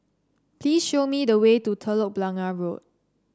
please show me the way to Telok Blangah Road